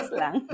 lang